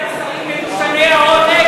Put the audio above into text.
משה גפני,